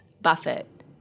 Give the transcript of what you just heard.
Buffett